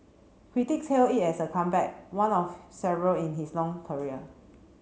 critics hailed it as a comeback one of several in his long career